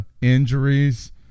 injuries